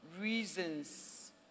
reasons